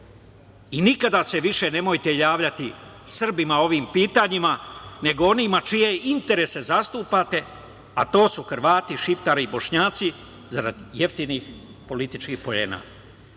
i nikada se više nemojte javljati Srbima ovim pitanjima, nego onima čije interese zastupate, a to su Hrvati, šiptari i Bošnjaci, zarad jeftinih političkih poena. Sada